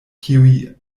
kiuj